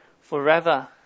forever